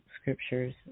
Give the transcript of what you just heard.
scriptures